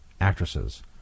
actresses